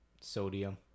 Sodium